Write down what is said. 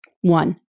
One